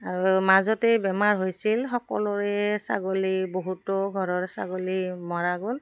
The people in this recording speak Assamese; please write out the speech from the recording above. আৰু মাজতেই বেমাৰ হৈছিল সকলোৰে ছাগলী বহুতো ঘৰৰ ছাগলী মৰা গ'ল